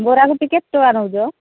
ବରା ଗୋଟେ କେତେ ଟଙ୍କା ନେଉଛ